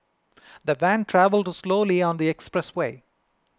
the van travelled slowly on the expressway